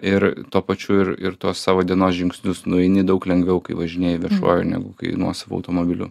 ir tuo pačiu ir ir tos savo dienos žingsnius nueini daug lengviau kai važinėji viešuoju negu kai nuosavu automobiliu